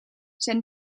zijn